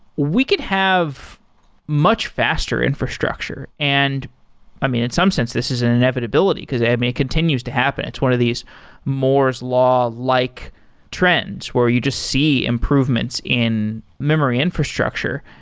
we could have much faster infrastructure. and i mean, in some sense, this is an inevitability, because i mean it continues to happen. it's one of these moore's law-like like trends where you just see improvements in memory infrastructure.